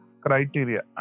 criteria